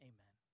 Amen